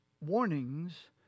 warnings